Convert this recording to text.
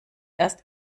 erst